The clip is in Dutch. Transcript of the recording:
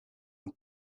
een